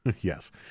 Yes